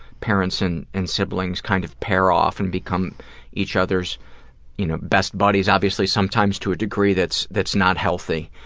parents and and siblings kind of pair off and become each other's you know best buddies, obviously sometimes to a degree that's that's not healthy.